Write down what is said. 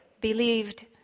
believed